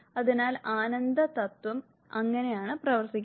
അതിനാൽ ആനന്ദ തത്വം അങ്ങനെയാണ് പ്രവർത്തിക്കുന്നത്